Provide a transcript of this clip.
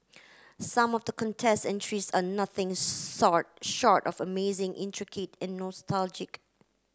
some of the contest entries are nothing short of amazing intricate and nostalgic